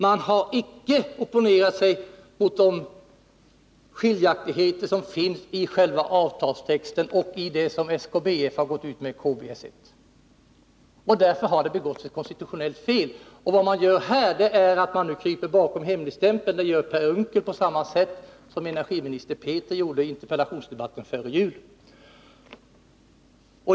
De har icke opponerat sig mot de skiljaktigheter som finns i själva avtalstexten och de formuleringar som SKBF har gått ut med i KBS 1. Därför har det begåtts ett konstitutionellt fel. ; Vad man gör här är att man kryper bakom hemligstämpeln. Det gör Per Unckel på samma sätt som energiminister Petri gjorde i interpellationsdebatten före jul.